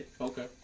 okay